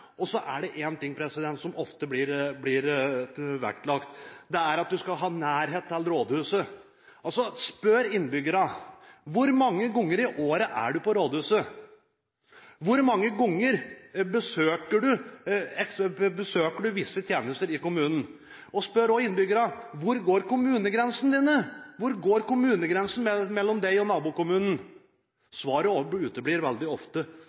og bedre fagmiljø. Så er det en ting som ofte blir vektlagt; at du skal ha nærhet til rådhuset. Spør innbyggerne: Hvor mange ganger i året er du på rådhuset? Hvor mange ganger besøker du visse tjenester i kommunen? Spør også innbyggerne: Hvor går kommunegrensene dine – mellom deg og nabokommunen? Svaret uteblir veldig ofte.